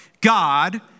God